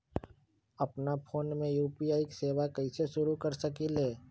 अपना फ़ोन मे यू.पी.आई सेवा कईसे शुरू कर सकीले?